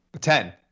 ten